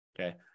Okay